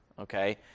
Okay